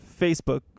Facebook